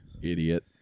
Idiot